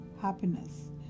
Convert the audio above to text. happiness